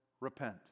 repent